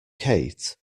kate